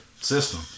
system